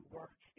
work